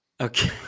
Okay